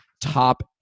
Top